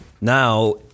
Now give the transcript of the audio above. Now